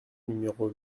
numéro